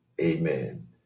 Amen